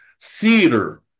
theater